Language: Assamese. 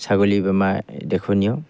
ছাগলী বেমাৰ দেখনীয়